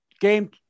game